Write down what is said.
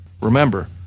Remember